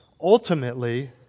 ultimately